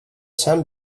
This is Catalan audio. sant